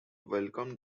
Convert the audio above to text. welcomed